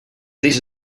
this